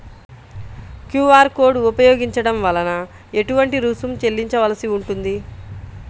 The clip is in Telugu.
క్యూ.అర్ కోడ్ ఉపయోగించటం వలన ఏటువంటి రుసుం చెల్లించవలసి ఉంటుంది?